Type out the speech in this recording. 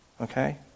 Okay